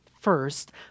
first